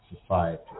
society